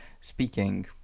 speaking